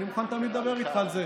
אני מוכן תמיד לדבר איתך על זה.